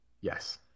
yes